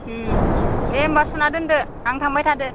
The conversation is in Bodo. उम दे होमब्ला सोना दोनदो आं थांबाय थादो